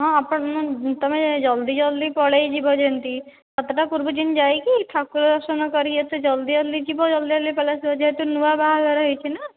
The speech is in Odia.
ହଁ ଆପଣ ତମେ ଜଲ୍ଦି ଜଲ୍ଦି ପଳାଇଯିବ ଯେମିତି ସାତଟା ପୂର୍ବରୁ ଯେମିତି ଯାଇକି ଠାକୁର ଦର୍ଶନ କରିକି ଯେତେ ଜଲ୍ଦି ଯିବ ଜଲ୍ଦି ଜଲ୍ଦି ପଳାଇଆସିବ ନୂଆ ବାହାଘର ହୋଇଛି ନା